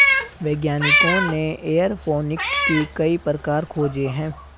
वैज्ञानिकों ने एयरोफोनिक्स के कई प्रकार खोजे हैं